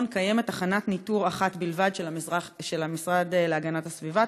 קיימת תחת ניטור אחת בלבד של המשרד להגנת הסביבה,